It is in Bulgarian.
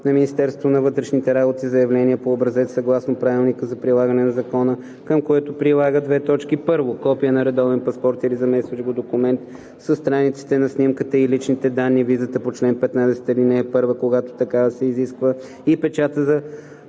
на Министерството на вътрешните работи заявление по образец, съгласно правилника за прилагане на закона, към което прилага: 1. копие на редовен паспорт или заместващ го документ със страниците на снимката и личните данни, визата по чл. 15, ал. 1, когато такава се изисква, и печата за